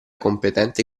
competente